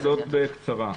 שתי נקודות בקצרה.